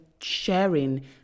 sharing